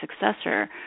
successor